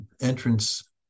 entrance